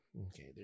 Okay